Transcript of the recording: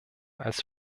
als